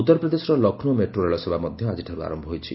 ଉତ୍ତରପ୍ରଦେଶର ଲକ୍ଷ୍ନୌ ମେଟ୍ରୋ ରେଳସେବା ମଧ୍ୟ ଆଜିଠାରୁ ଆରମ୍ଭ ହୋଇଛି